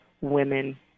women